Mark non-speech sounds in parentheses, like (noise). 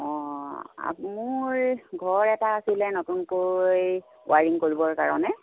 অঁ (unintelligible) মোৰ ঘৰ এটা আছিলে নতুনকৈ ৱাইৰিং কৰিবৰ কাৰণে